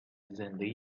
زنده